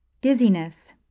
Dizziness